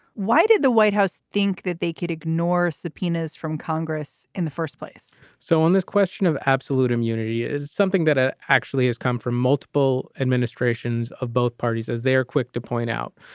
why did the white house think that they could ignore subpoenas from congress in the first place? so on this question of absolute immunity is something that ah actually has come from multiple administrations of both parties, as they are quick to point out,